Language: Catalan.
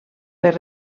per